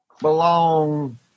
belong